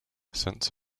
since